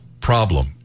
problem